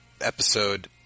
episode